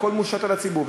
הכול מושת על הציבור.